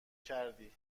کردی